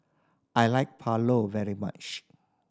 I like Pulao very much